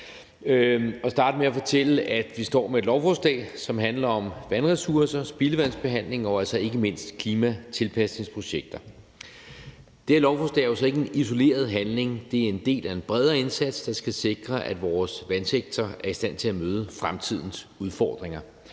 vil starte med at fortælle, at vi her står med et lovforslag, som handler om vandressourcer, spildevandsbehandling og altså ikke mindst om klimatilpasningsprojekter. Det her lovforslag er jo så ikke en isoleret handling; det er en del af en bredere indsats, der skal sikre, at vores vandsektor er i stand til at møde fremtidens udfordringer.